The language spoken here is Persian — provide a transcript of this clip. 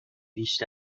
بیش